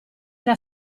era